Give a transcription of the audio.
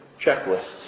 checklists